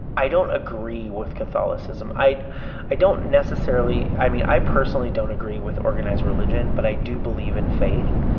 i don't agree with catholicism. i i don't necessarily, i mean, i personally don't agree with organized religion, but i do believe in faith.